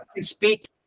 speak